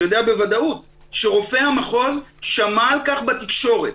אני יודע בוודאות שרופא המחוז שמע על כך בתקשורת,